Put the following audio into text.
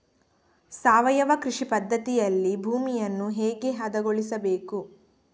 ಸಾವಯವ ಕೃಷಿ ಪದ್ಧತಿಯಲ್ಲಿ ಭೂಮಿಯನ್ನು ಹೇಗೆ ಹದಗೊಳಿಸಬೇಕು?